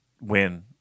win